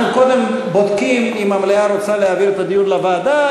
אנחנו קודם בודקים אם המליאה רוצה להעביר את הדיון לוועדה,